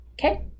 okay